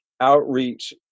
outreach